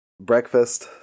breakfast